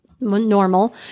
normal